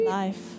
life